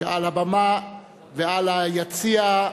כשעל הבמה ועל היציע,